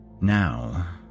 Now